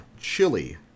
Chili